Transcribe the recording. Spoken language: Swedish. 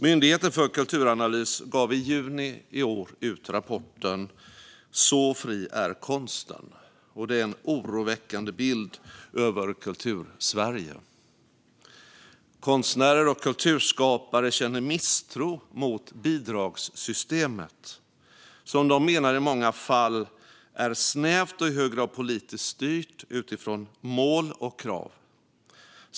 Myndigheten för kulturanalys gav i juni i år ut rapporten Så fri är konsten . Det är en oroväckande bild över Kultursverige. Konstnärer och kulturskapare känner misstro mot bidragssystemet, som de menar i många fall är snävt och i hög grad politiskt styrt utifrån mål och krav.